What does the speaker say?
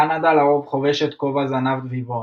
קנדה לרוב חובשת כובע זנב דביבון.